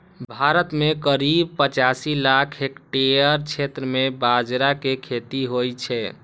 भारत मे करीब पचासी लाख हेक्टेयर क्षेत्र मे बाजरा के खेती होइ छै